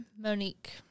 monique